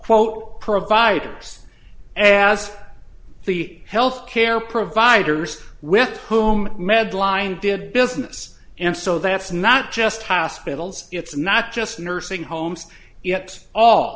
quote provides an ask the health care providers with whom medline did business and so that's not just hospitals it's not just nursing homes yet